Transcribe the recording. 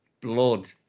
blood